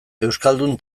euskaldun